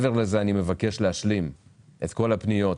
בנוסף אני מבקש להשלים את כל הפניות,